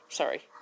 sorry